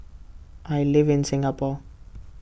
I live in Singapore